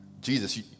Jesus